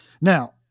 Now